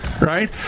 right